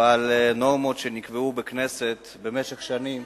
אבל נורמות שנקבעו בכנסת במשך שנים,